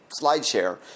SlideShare